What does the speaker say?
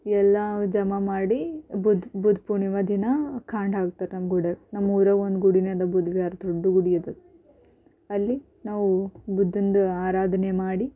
ಎಲ್ಲ ಜಮಾ ಮಾಡಿ ಬುಧ ಬುಧ ಪೂರ್ಣಿಮ ದಿನ ಖಾಂಡ್ ಹಾಕ್ತಾರೆ ನಮ್ಮ ಗುಡಿಯಾಗ ನಮ್ಮೂರಾಗ ಒಂದು ಗುಡೀನೆ ಅದ ಬುಧ ವಿಹಾರ್ದೊಳಗೆ ದೊಡ್ಡ ಗುಡಿ ಇದೆ ಅಲ್ಲಿ ನಾವು ಬುದ್ಧಂದು ಆರಾಧನೆ ಮಾಡಿ